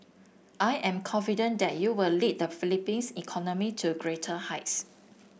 I am confident that you will lead the Philippines economy to greater heights